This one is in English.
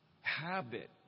habit